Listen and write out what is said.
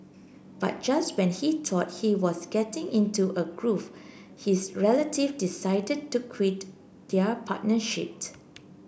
but just when he thought he was getting into a groove his relative decided to quit their partnership